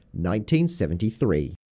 1973